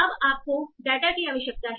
अब आपको डेटा की आवश्यकता है